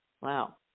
Wow